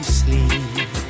sleep